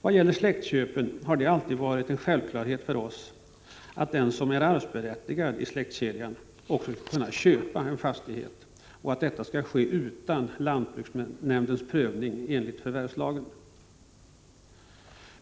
Vad gäller släktskapsförvärven har det alltid varit en självklarhet för oss att den som är arvsberättigad i släktkedjan också skall kunna köpa en fastighet och att detta skall kunna ske utan lantbruksnämndens prövning enligt jordförvärvslagen.